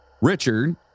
Richard